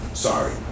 Sorry